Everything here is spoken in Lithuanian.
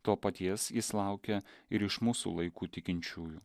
to paties jis laukia ir iš mūsų laikų tikinčiųjų